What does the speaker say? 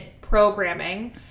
programming